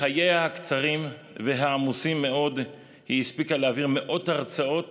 בחייה הקצרים והעמוסים מאוד היא הספיקה להעביר מאות הרצאות